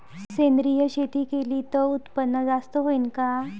सेंद्रिय शेती केली त उत्पन्न जास्त होईन का?